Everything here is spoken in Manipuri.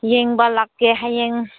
ꯌꯦꯡꯕ ꯂꯥꯛꯀꯦ ꯍꯌꯦꯡ